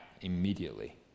immediately